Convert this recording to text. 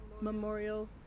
memorial